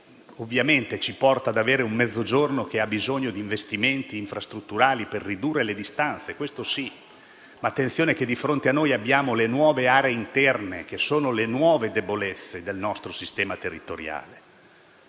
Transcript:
ovviamente ci porta ad avere un Mezzogiorno che ha bisogno di investimenti infrastrutturali per ridurre le distanze. Questo è vero, sì, ma attenzione, perché di fronte a noi abbiamo le nuove aree interne, che rappresentano le nuove debolezze del nostro sistema territoriale.